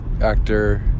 actor